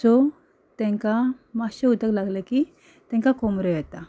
so तेंकां मातशें उदक लागलें की तेंकां कोमऱ्यो येता